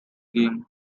game